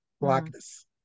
blackness